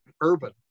urban